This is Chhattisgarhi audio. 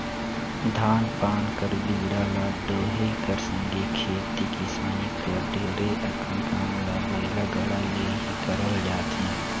धान पान कर बीड़ा ल डोहे कर संघे खेती किसानी कर ढेरे अकन काम ल बइला गाड़ा ले ही करल जाथे